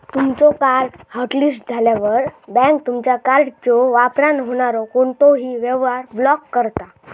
तुमचो card hotlist झाल्यावर, bank तुमचा कार्डच्यो वापरान होणारो कोणतोही व्यवहार ब्लॉक करता